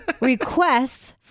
requests